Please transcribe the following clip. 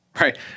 Right